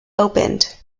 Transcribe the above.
opened